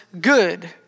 good